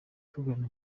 tugana